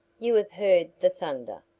you have heard the thunder,